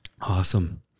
awesome